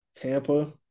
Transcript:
Tampa